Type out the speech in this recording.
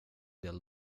del